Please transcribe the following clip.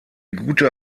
gute